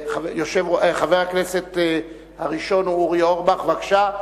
חבר הכנסת הראשון הוא אורי אורבך, בבקשה.